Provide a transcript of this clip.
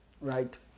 Right